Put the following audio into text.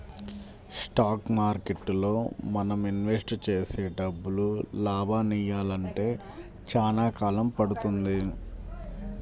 stock మార్కెట్టులో మనం invest చేసే డబ్బులు లాభాలనియ్యాలంటే చానా కాలం పడుతుంది